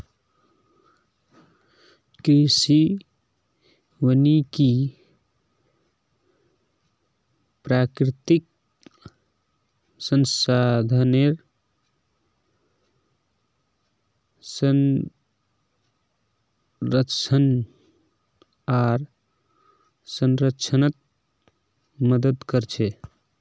कृषि वानिकी प्राकृतिक संसाधनेर संरक्षण आर संरक्षणत मदद कर छे